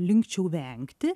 likčiau vengti